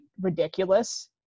ridiculous